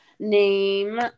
name